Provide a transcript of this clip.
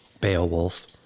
beowulf